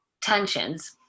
tensions